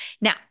Now